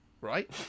right